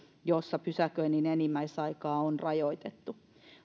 jossa pysäköinnin enimmäisaikaa on rajoitettu